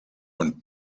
und